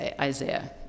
Isaiah